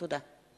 תודה.